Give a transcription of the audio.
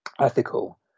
ethical